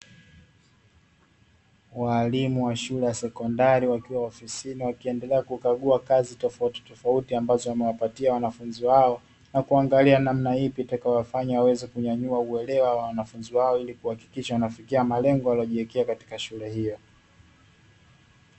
Walimu wa shule ya sekondari wakiwa ofisini wakiendelea kukagua kazi tofautitofauti ambazo wamewapatia wanafunzi wao, na kuangalia namna ipi itakayowafanya waweze kunyanyua uelewa wa wanafunzi wao ili kuhakikisha wanafikia malengo waliojiwekea katika shule hiyo.